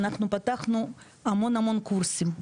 אנחנו פתחנו המון המון קורסים,